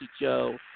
Joe